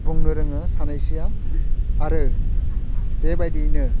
बुंनो रोङो सानैसोआ आरो बेबायदियैनो